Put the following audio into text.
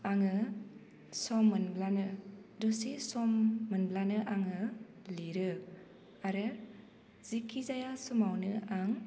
आङो सम मोनब्लानो दसे सम मोनब्लानो आङो लिरो आरो जेखि जाया समावनो आं